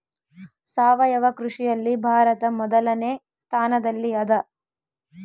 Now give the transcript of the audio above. ಸಾವಯವ ಕೃಷಿಯಲ್ಲಿ ಭಾರತ ಮೊದಲನೇ ಸ್ಥಾನದಲ್ಲಿ ಅದ